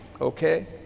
Okay